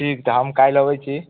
ठीक तऽ हम काल्हि अबैत छी